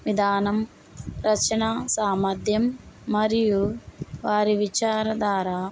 విధానం రచన సామర్థ్యం మరియు వారి విచార ధార